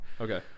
Okay